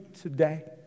today